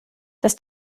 das